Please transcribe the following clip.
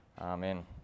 Amen